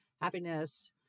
happiness